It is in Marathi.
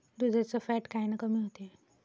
दुधाचं फॅट कायनं कमी होते?